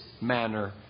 manner